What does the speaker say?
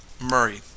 murray